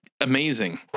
amazing